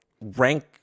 Rank